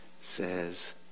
says